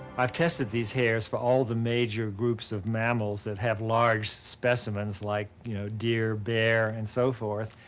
i've tested these hairs for all the major groups of mammals that have large specimens like you know deer, bear, and so forth,